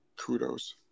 Kudos